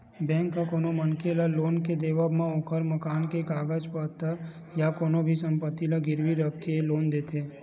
bank ह कोनो मनखे ल लोन के देवब म ओखर मकान के कागज पतर या कोनो भी संपत्ति ल गिरवी रखके लोन देथे